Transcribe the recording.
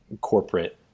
corporate